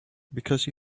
because